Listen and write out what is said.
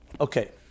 Okay